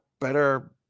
better